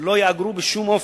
ולא ייאגרו בשום אופן.